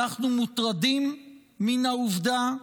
אנחנו מוטרדים מן העובדה,